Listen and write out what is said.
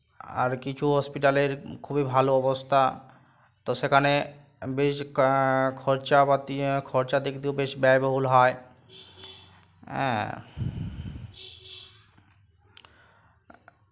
আর কিছু হসপিটালের খুবই ভালো অবস্থা তো সেখানে বেশ কা খরচাপাতি খরচার দিক দিয়েও বেশ ব্যয়বহুল হয় হ্যাঁ